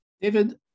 David